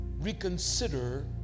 Reconsider